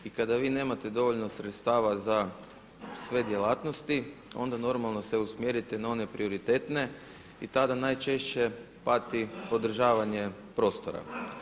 I kada vi nemate dovoljno sredstava za sve djelatnosti onda normalno se usmjerite na one prioritetne i tada najčešće pati održavanje prostora.